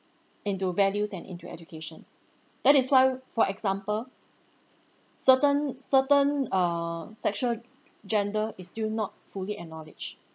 into values and into educations that is why for example certain certain err sexual gender is still not fully acknowledged